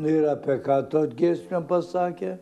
nu ir apie ką tos giesmės pasakė